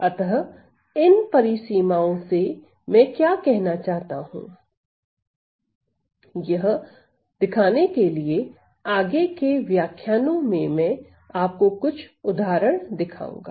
अतः इन परिसीमाओं से मैं क्या कहना चाहता हूं यह दिखाने के लिए आगे के व्याख्यानो में मैं आपको कुछ उदाहरण दिखाऊंगा